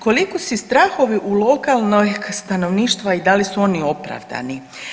Koliki su strahovi lokalnog stanovništva i da li su oni opravdani?